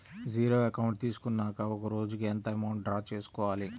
Zero account తీసుకున్నాక ఒక రోజుకి ఎంత అమౌంట్ డ్రా చేసుకోవాలి?